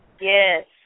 Yes